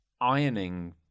ironing